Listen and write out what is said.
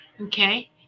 okay